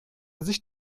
sich